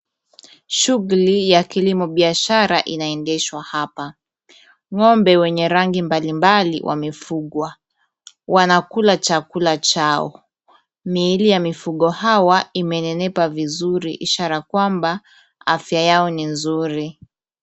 Shughuli ya kilimo biashara inaendeshwa hapa. Ng'ombe wenye rangi mbalimbali wamefugwa. Wanakula chakula chao. Miili ya mifugo hawa imenenepa vizuri, ishara kwamba afya yao ni nzuri.